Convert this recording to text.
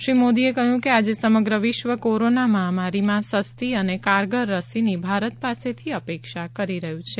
શ્રી મોદીએ કહ્યું કે આજે સમગ્ર વિશ્વ કોરોના મહામારીમાં સસ્તી અને કારગર રસીની ભારત પાસેથી અપેક્ષા કરી રહ્યું છે